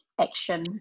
action